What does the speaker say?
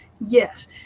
Yes